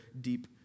deep